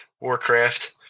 Warcraft